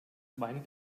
wein